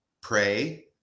pray